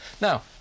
Now